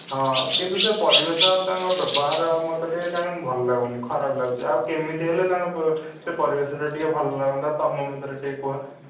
ହଁ କିନ୍ତୁ ସେ ପରିବେଶ ଆଉ ତାଙ୍କ ବ୍ୟବହାର ଆଉ ମୋତେ ଟିକିଏ କାଇଁ ଭଲ ଲାଗୁନି ଖରାପ ଲାଗୁଛି ଆଉ କେମିତି ହେଲେ ତାଙ୍କ ସେ ପରିବେଶଟା ଟିକିଏ ଭଲ ଲାଗନ୍ତା ତୁମ ମତରେ ଟିକିଏ କୁହ